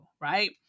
Right